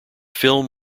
film